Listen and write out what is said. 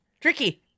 tricky